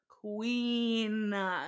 queen